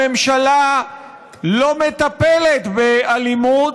הממשלה לא מטפלת באלימות,